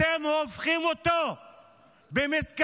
אתם הופכים אותו במתכוון